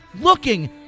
Looking